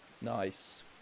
Nice